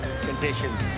conditions